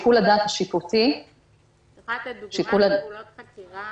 את יכולה לתת דוגמה לפעולות חקירה